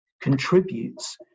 contributes